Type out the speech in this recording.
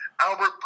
Albert